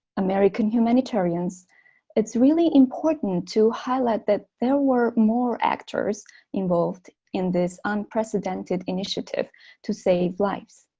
american humanitarians it's really important to highlight that there were more actors involved in this unprecedented initiative to save lives